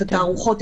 את התערוכות,